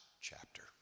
chapter